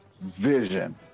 vision